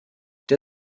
der